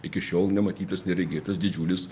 iki šiol nematytas neregėtas didžiulis